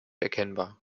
erkennbar